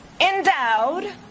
endowed